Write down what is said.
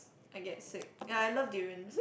I get sick ya I love durians